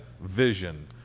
vision